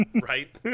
Right